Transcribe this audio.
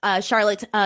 Charlotte